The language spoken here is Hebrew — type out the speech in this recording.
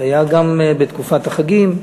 זה היה גם בתקופת החגים,